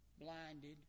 blinded